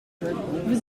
vous